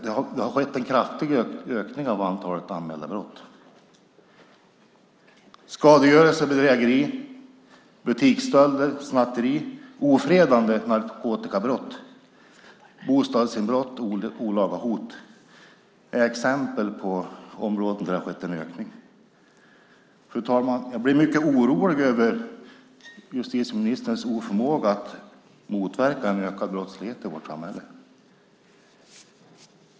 Det har skett en kraftig ökning av antalet anmälda brott. Skadegörelse, bedrägerier, butiksstölder, snatterier, ofredanden, narkotikabrott, bostadsinbrott och olaga hot är exempel på områden där det har skett en ökning. Fru talman! Jag blir mycket orolig över justitieministerns oförmåga att motverka en ökad brottslighet i vårt samhälle.